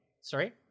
Sorry